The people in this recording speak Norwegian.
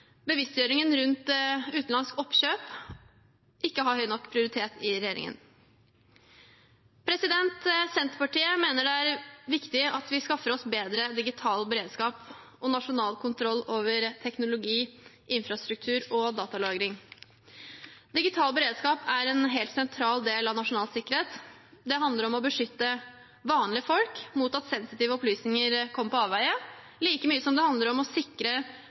bevisstgjøringen rundt utenlandske oppkjøp ikke har høy nok prioritet i regjeringen. Senterpartiet mener det er viktig at vi skaffer oss bedre digital beredskap og nasjonal kontroll over teknologi, infrastruktur og datalagring. Digital beredskap er en helt sentral del av nasjonal sikkerhet. Det handler om å beskytte vanlige folk mot at sensitive opplysninger kommer på avveier, like mye som det handler om å sikre